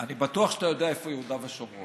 אני בטוח שאתה יודע איפה יהודה ושומרון.